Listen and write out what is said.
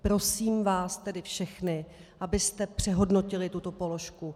Prosím vás tedy všechny, abyste přehodnotili tuto položku.